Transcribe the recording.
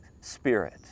spirit